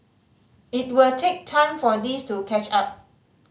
it will take time for this to catch up